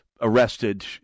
arrested